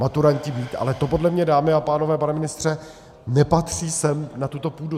To ale podle mě, dámy a pánové, pane ministře, nepatří sem, na tuto půdu.